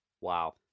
Wow